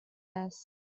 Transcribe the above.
this